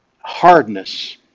hardness